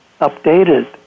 updated